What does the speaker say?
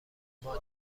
اما